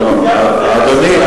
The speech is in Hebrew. אדוני,